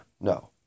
No